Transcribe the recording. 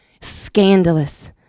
scandalous